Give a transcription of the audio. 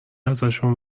ازشون